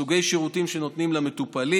וסוגי שירותים למטופלים,